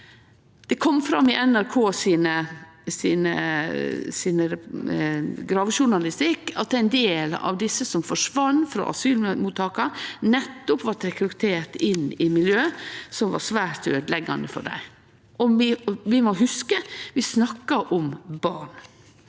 Det kom fram i NRK sin gravejournalistikk at ein del av dei som forsvann frå asylmottaka, nettopp blei rekrutterte inn i miljø som var svært øydeleggjande for dei. Vi må hugse at vi snakkar om barn.